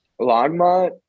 Longmont